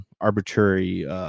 arbitrary